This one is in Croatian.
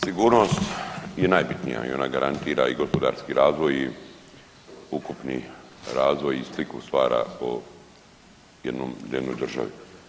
Sigurnost je najbitnija i ona garantira i gospodarski razvoj i ukupni razvoj i sliku stvara o jednom, jednoj državi.